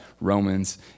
Romans